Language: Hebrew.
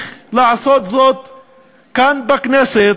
לעשות זאת כאן, בכנסת,